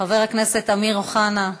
חבר הכנסת אמיר אוחנה,